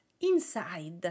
inside